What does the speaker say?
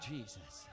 Jesus